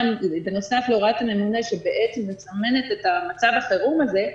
גם בנוסף להוראת הממונה שבעצם מסמנת את מצב החירום הזה,